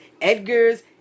Edgar's